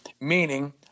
meaning